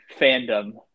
fandom